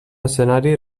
escenari